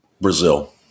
Brazil